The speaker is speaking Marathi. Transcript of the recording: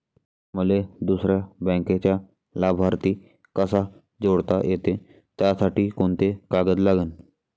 मले दुसऱ्या बँकेचा लाभार्थी कसा जोडता येते, त्यासाठी कोंते कागद लागन?